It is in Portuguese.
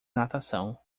natação